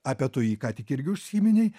apie tu jį ką tik irgi užsiminei